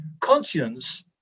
conscience